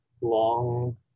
Long